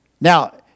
Now